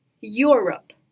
Europe